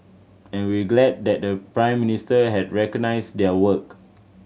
and we're glad that the Prime Minister has recognised their work